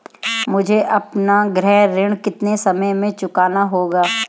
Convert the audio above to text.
मुझे अपना गृह ऋण कितने समय में चुकाना होगा?